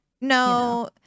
no